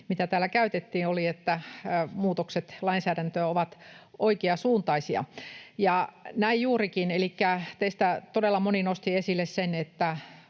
mitä täällä käytettiin, oli, että muutokset lainsäädäntöön ovat oikean suuntaisia, ja näin juurikin. Elikkä teistä todella moni nosti esille sen,